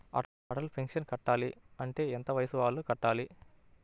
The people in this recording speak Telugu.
అటల్ పెన్షన్ కట్టాలి అంటే ఎంత వయసు వాళ్ళు కట్టాలి?